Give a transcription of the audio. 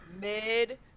mid